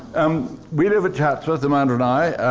um we live at chatsworth, amanda and i,